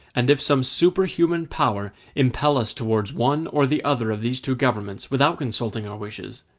and if some superhuman power impel us towards one or the other of these two governments without consulting our wishes,